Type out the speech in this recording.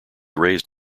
raised